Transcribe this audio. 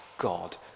God